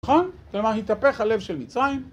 נכון? כלומר, התהפך הלב של מצרים.